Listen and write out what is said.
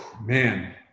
Man